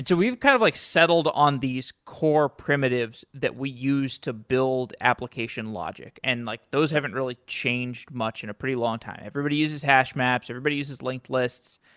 we've kind of like settled on these core primitives that we use to build application logic, and like those haven't really changed much in a pretty long time. everybody uses hash maps. everybody uses linked lists.